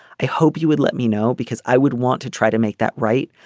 i hope you would let me know because i would want to try to make that right.